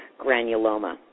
granuloma